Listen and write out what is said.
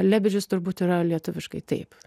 lebedžius turbūt yra lietuviškai taip